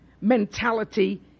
mentality